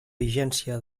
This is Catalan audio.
vigència